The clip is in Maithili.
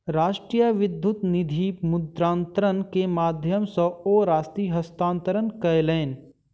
राष्ट्रीय विद्युत निधि मुद्रान्तरण के माध्यम सॅ ओ राशि हस्तांतरण कयलैन